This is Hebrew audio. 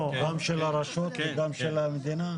גם של הרשות וגם של המדינה?